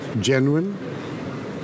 genuine